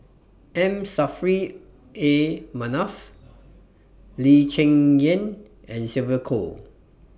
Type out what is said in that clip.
M Saffri A Manaf Lee Cheng Yan and Sylvia Kho